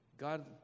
God